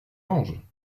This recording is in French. ange